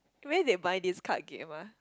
where they buy this card game ah